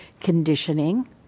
conditioning